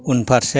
उनफारसे